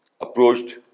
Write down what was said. approached